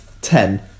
ten